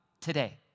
today